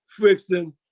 Frickson